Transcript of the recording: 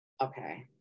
Okay